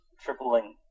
tripling